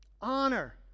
Honor